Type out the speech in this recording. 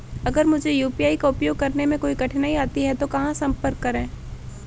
अगर मुझे यू.पी.आई का उपयोग करने में कोई कठिनाई आती है तो कहां संपर्क करें?